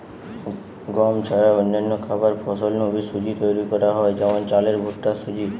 গম ছাড়া অন্যান্য খাবার ফসল নু বি সুজি তৈরি করা হয় যেমন চালের ভুট্টার সুজি